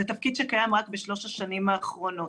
זה תפקיד שקיים רק בשלוש השנים האחרונות.